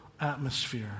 atmosphere